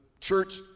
church